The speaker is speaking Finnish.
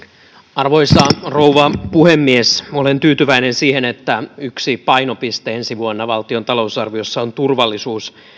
arvoisa rouva puhemies olen tyytyväinen siihen että yksi painopiste ensi vuonna valtion talousarviossa on turvallisuus